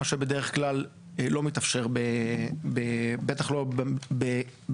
מה שבדרך כלל לא מתאפשר בטח לא בהתאם